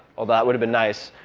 although that would've been nice.